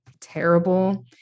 terrible